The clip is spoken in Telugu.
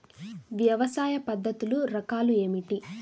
వ్యవసాయ పద్ధతులు రకాలు ఏమిటి?